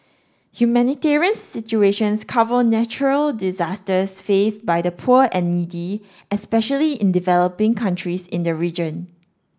humanitarian situations cover natural disasters faced by the poor and needy especially in developing countries in the region